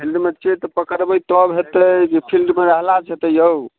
फील्डमे छियै तऽ पकड़बै तब होयतै जे फील्डमे रहला से होयतै यौ